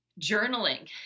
journaling